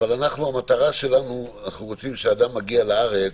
אנחנו רוצים שכאשר אדם מגיע לארץ,